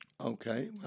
Okay